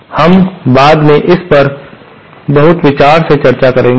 इसलिए हम बाद में इस पर बहुत विस्तार से चर्चा करेंगे